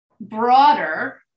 broader